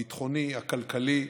הביטחוני, הכלכלי,